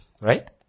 right